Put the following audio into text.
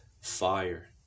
fire